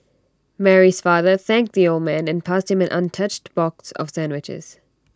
Mary's father thanked the old man and passed him an untouched box of sandwiches